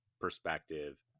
perspective